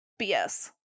BS